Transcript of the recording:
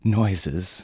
noises